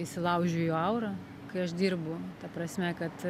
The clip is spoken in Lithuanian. įsilaužiu į jo aurą kai aš dirbu ta prasme kad